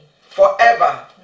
Forever